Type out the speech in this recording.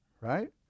right